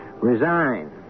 resign